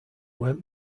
went